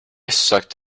sucked